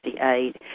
1968